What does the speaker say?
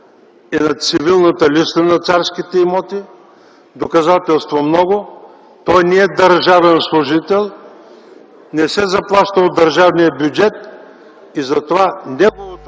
е на цивилната листа на царските имоти. Доказателства – много. Той не е държавен служител, не се заплаща от държавния бюджет и затова неговото